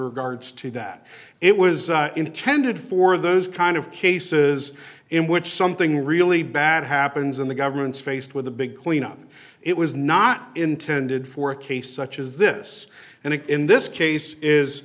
regards to that it was intended for those kind of cases in which something really bad happens in the government's faced with a big cleanup it was not intended for a case such as this and it in this case is